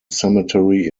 cemetery